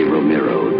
Romero